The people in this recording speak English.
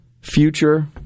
future